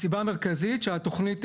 הסיבה המרכזית היא שהתלמ"ת,